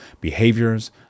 behaviors